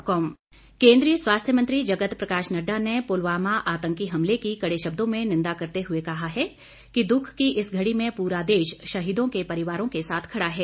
नड़डा केंद्रीय स्वास्थ्य मंत्री जगत प्रकाश नड्डा ने पुलवामा आतंकी हमले की कड़े शब्दों में निंदा करते हुए कहा है कि दुख की इस घड़ी में पूरा देश शहीदों के परिवारों के साथ खड़ा है